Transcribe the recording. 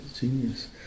genius